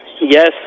Yes